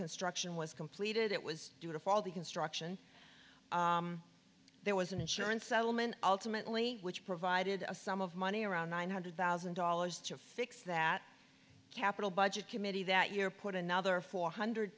construction was completed it was due to all the construction there was an insurance settlement ultimately which provided a sum of money around nine hundred thousand dollars to fix that capital budget committee that year put another four hundred